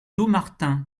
dommartin